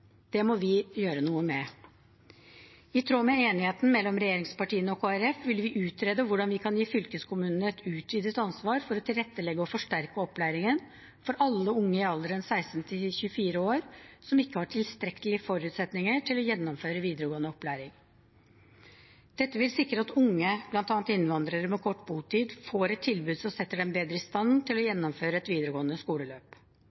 Det må vi gjøre noe med. I tråd med enigheten mellom regjeringspartiene og Kristelig Folkeparti vil vi utrede hvordan vi kan gi fylkeskommunene utvidet ansvar for å tilrettelegge og forsterke opplæringen for alle unge i alderen 16 til 24 år som ikke har tilstrekkelige forutsetninger for å gjennomføre videregående opplæring. Dette vil sikre at unge – bl.a. innvandrere med kort botid – får et tilbud som setter dem bedre i stand til å